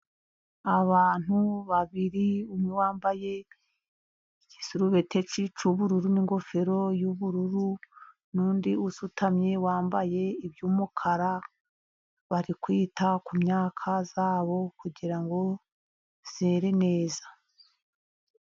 Abantu babiri , umwe wambaye igisurubeti cy'ubururu n'ingofero y'ubururu n'undi usutamye wambaye iby'umukara, bari kwita ku myaka yabo kugira ngo izere neza.